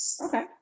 Okay